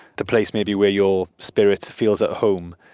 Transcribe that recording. the place maybe where your spirit feels at home.